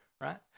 right